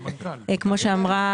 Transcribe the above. כמו שאמרה